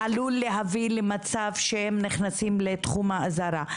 עלול להביא למצב שהם נכנסים לתחום האזהרה?